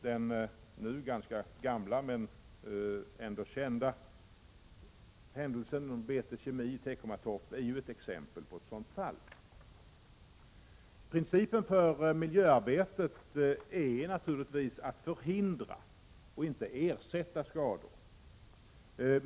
Den nu ganska gamla men ändå kända händelsen vid BT Kemi i Teckomatorp är ett exempel på sådana fall. Principen för miljöarbetet är naturligtvis att man skall förhindra, inte ersätta, skador.